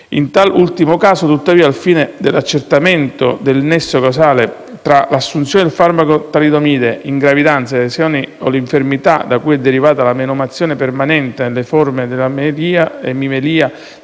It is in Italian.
In tale ultimo caso, tuttavia, al fine dell'accertamento del nesso causale tra l'assunzione del farmaco talidomide in gravidanza e le lesioni o l'infermità da cui è derivata la menomazione permanente nelle forme dell'amelia, dell'emimelia,